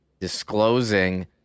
disclosing